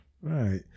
Right